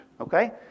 Okay